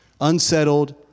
unsettled